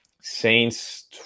saints